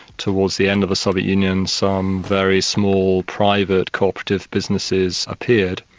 towards the end of the soviet union some very small private co-operative businesses appeared.